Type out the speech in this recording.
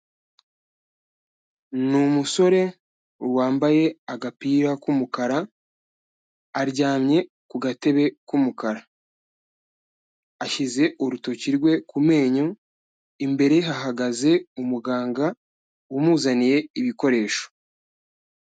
Ni umusore wambaye agapira k'umukara, aryamye ku gatebe k'umukara, ashyize urutoki rwe ku menyo, imbere ye hahagaze umuganga umuzaniye ibikoresho.